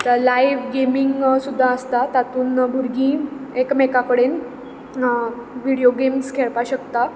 आतां live gaming सुद्दां आसता तातूंत भुरगीं एकामेका कडेन व्हिडियो गॅम्स खेळपा शकता